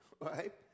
right